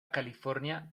california